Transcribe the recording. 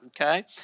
Okay